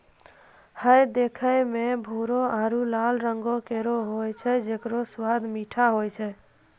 हय देखै म भूरो आरु लाल रंगों केरो होय छै जेकरो स्वाद मीठो होय छै